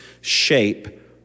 shape